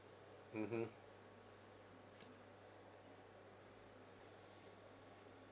mmhmm